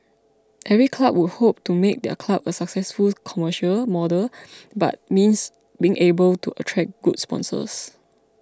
every club would hope to make their club a successful commercial model but means being able to attract good sponsors